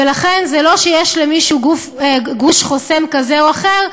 ולכן זה לא שיש למישהו גוש חוסם כזה או אחר,